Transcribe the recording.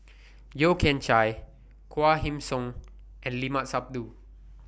Yeo Kian Chye Quah Kim Song and Limat Sabtu